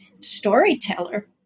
storyteller